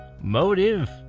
Motive